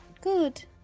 good